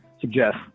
suggest